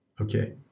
Okay